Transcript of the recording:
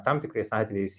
tam tikrais atvejais